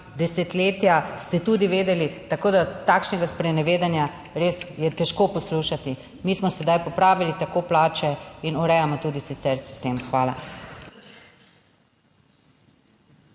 desetletja, ste tudi vedeli, tako da takšnega sprenevedanja res je težko poslušati. Mi smo sedaj popravili tako plače in urejamo tudi sicer sistem. Hvala.